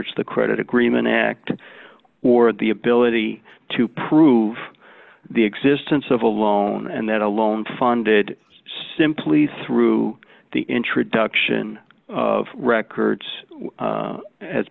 it's the credit agreement act or the ability to prove the existence of a loan and that alone funded simply through the introduction of records